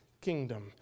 kingdom